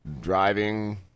driving